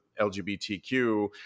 LGBTQ